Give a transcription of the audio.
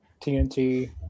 TNT